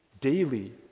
daily